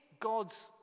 God's